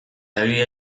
egia